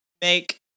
make